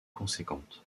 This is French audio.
conséquente